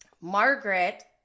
Margaret